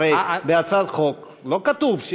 הרי בהצעת החוק לא כתוב,